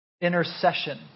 intercession